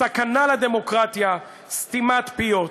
סכנה לדמוקרטיה, סתימת פיות.